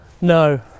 No